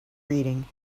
reading